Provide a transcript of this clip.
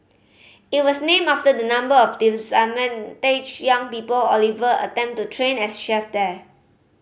it was named after the number of young people Oliver attempted to train as chefs there